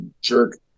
jerk